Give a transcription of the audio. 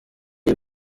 y’i